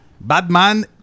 Batman